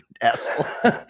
asshole